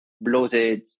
bloated